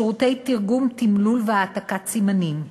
שירותי תרגום, תמלול והעתקת סימנים,